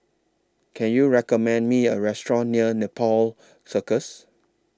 Can YOU recommend Me A Restaurant near Nepal Circus